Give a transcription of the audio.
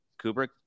Kubrick